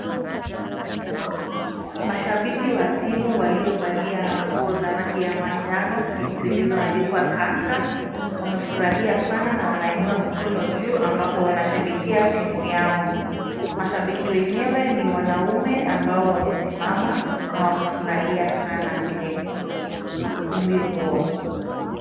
Mashabiki wa timu waliovalia nguo za rangi ya manjano zilizoandikwa tusker wamefurahia sana na wameinua mikono juu ambapo wanashabikia timu yao. Mashabiki wenyewe ni wanaume ambao wamesimama na wamefurahia sana kwenye ukumbi huo.